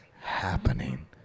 happening